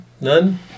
none